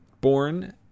born